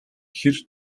хэр